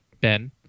Ben